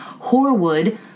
Horwood